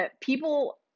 People